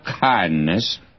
kindness